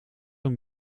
een